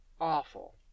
awful